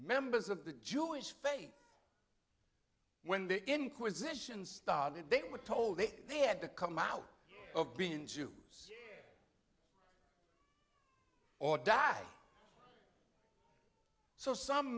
members of the jewish faith when the inquisition started they were told that they had to come out of being jews or die so some